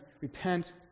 repent